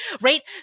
right